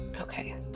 Okay